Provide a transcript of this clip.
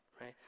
right